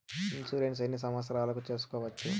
Insurance ఎన్ని సంవత్సరాలకు సేసుకోవచ్చు?